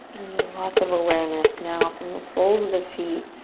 lots of awareness now from the soles of the feet,